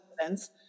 events